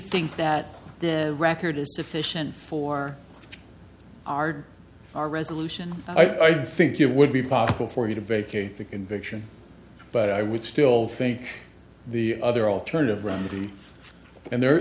think that the record is sufficient for our our resolution i think it would be possible for you to vacate the conviction but i would still think the other alternative remedy and there